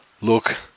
look